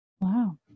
wow